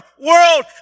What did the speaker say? world